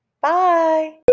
Bye